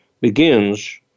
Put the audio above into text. begins